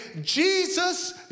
Jesus